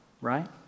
Right